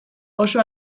oso